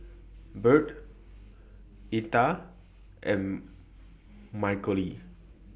Birt Etta and Michaele